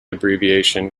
abbreviation